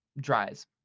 dries